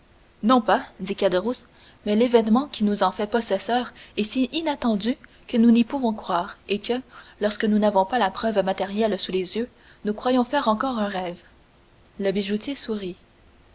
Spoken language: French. non pas dit caderousse mais l'événement qui nous en fait possesseur est si inattendu que nous n'y pouvons croire et que lorsque nous n'avons pas la preuve matérielle sous les yeux nous croyons faire encore un rêve le bijoutier sourit